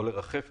אמת, וולונטרי.